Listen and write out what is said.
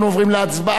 אנחנו עוברים להצבעה.